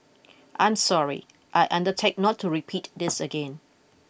I'm sorry I undertake not to repeat this again